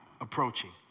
approaching